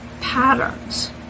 patterns